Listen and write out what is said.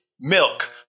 milk